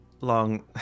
Long